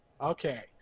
okay